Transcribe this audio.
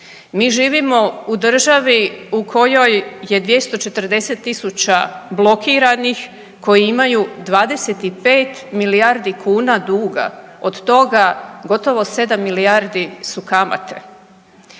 Mi živimo u državi u kojoj je 240.000 blokiranih koji imaju 25 milijardi kuna duga od toga gotovo 7 milijardi su kamate.